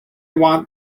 want